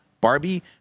Barbie